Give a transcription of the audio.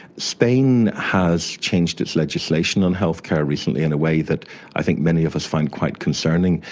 spain has changed its legislation on healthcare recently in a way that i think many of us find quite concerning.